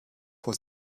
vor